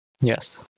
yes